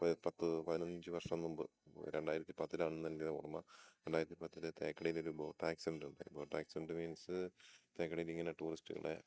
പത്ത് പതിനഞ്ച് വർഷം മുമ്പ് രണ്ടായിരത്തി പത്തിലാണ് എന്ന് എൻ്റെ ഓർമ്മ രണ്ടായിരത്തി പത്തിൽ തേക്കടയിൽ ഒരു ബോട്ട് ആഡൻ്റ് ഉണ്ടായി ബോട്ട് ആക്സിഡെൻ്റ് മീൻസ് തേക്കടിയിൽ ഇങ്ങനെ ടൂറിസ്റ്റുകളെ